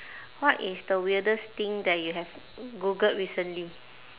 what is the weirdest thing that you have googled recently